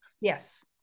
Yes